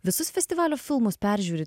visus festivalio filmus peržiūrit